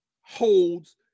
holds